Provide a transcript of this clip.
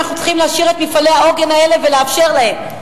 אנחנו צריכים להשאיר את מפעלי העוגן האלה ולאפשר להם.